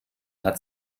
hat